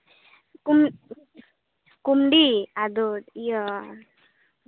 ᱠᱚᱢᱰᱤ ᱟᱫᱚ